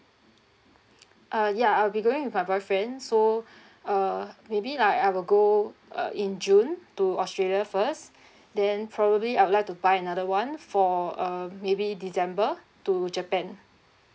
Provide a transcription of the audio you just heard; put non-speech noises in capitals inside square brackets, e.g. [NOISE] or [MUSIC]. uh ya I'll be going with my boyfriend so [BREATH] uh maybe like I will go uh in june to australia first [BREATH] then probably I would like to buy another one for uh maybe december to japan